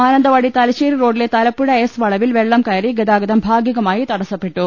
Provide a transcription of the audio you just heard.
മാനന്തവാടി തലശ്ശേരി റോഡിലെ തലപ്പുഴ എസ് വളവിൽ വെള്ളം കയറി ഗതാഗതം ഭാഗികമായി തടസ്സപ്പെട്ടു